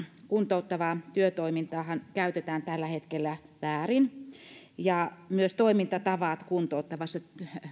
kuntouttavaa työtoimintaahan käytetään tällä hetkellä väärin ja myös toimintatavat kuntouttavassa